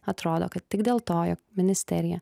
atrodo kad tik dėl to jog ministerija